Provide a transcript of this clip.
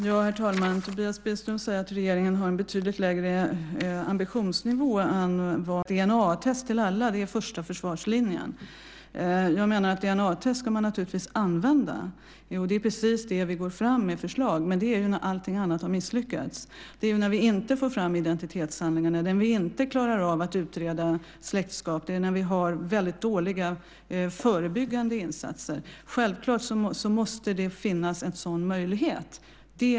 Herr talman! Tobias Billström säger att regeringen har en betydligt lägre ambitionsnivå än vad Moderaterna har. Jag tycker att det är precis tvärtom. Han säger att DNA-test på alla är första försvarslinjen. Jag menar att man naturligtvis ska använda DNA-test - det är precis det vi går fram med förslag om. Men det är när allting annat har misslyckats. Det är när vi inte får fram identitetshandlingar, när vi inte klarar av att utreda släktskap eller när vi har väldigt dåliga förebyggande insatser. Självklart måste det finnas en sådan möjlighet.